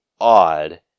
odd